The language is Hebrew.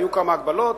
היו כמה הגבלות,